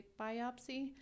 biopsy